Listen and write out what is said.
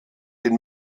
den